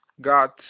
got